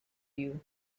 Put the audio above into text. you